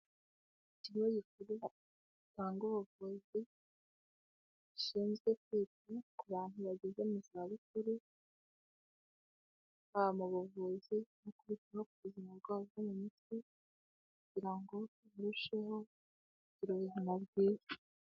Ikigo gikuru gitanga abavuzi. Bashinzwe kwita ku bantu bageze mu zabukuru, haba mu buvuzi, no kwita ku buzima bw'abarwayi bo mu mutwe, kugira ngo barusheho kugira ubuzima bwiza.